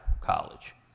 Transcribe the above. College